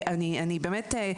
ואני באמת,